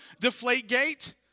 Deflategate